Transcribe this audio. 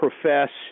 profess